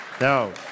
No